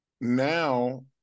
now